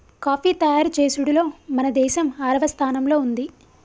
coffee తయారు చేసుడులో మన దేసం ఆరవ స్థానంలో ఉంది